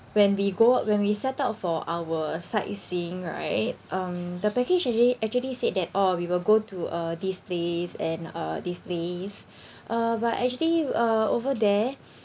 when we go out when we set out for our sightseeing right um the package actually actually said that oh we will go to uh this place and uh this place uh but actually uh over there